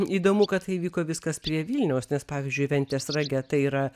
įdomu kad tai vyko viskas prie vilniaus nes pavyzdžiui ventės rage tai yra